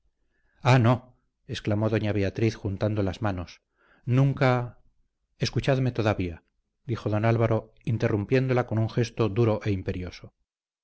ah no exclamó doña beatriz juntando las manos nunca escuchadme todavía dijo don álvaro interrumpiéndola con un gesto duro e imperioso